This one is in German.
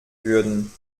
würden